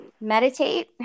meditate